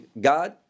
god